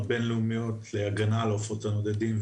בינלאומיות להגנה על העופות הנודדים.